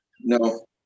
No